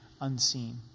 unseen